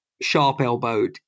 sharp-elbowed